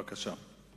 בבקשה.